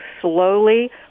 slowly